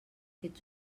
ets